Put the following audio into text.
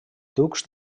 ducs